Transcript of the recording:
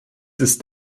ist